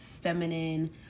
feminine